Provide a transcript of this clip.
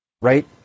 right